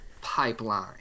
pipeline